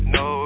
no